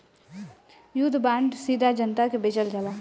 युद्ध बांड सीधा जनता के बेचल जाला